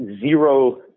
zero